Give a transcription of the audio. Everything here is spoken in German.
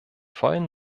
vollen